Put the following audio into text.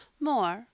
More